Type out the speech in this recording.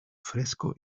fresco